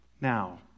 now